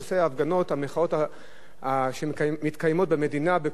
המחאות שמתקיימות במדינה בכל מיני נושאים,